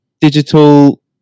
digital